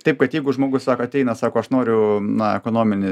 taip kad jeigu žmogus sako ateina sako aš noriu na ekonominį